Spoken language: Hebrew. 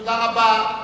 תודה רבה.